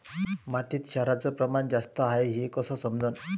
मातीत क्षाराचं प्रमान जास्त हाये हे कस समजन?